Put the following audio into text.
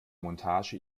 montage